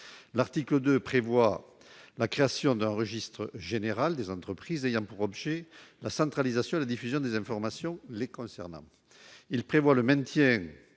L'article 2 tend à la création d'un registre général des entreprises ayant pour objet la centralisation et la diffusion des informations les concernant. Il prévoit le maintien